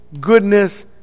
goodness